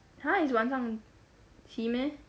!huh! it's 晚上骑咩